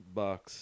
box